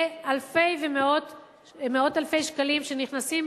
זה אלפי ומאות אלפי שקלים שנכנסים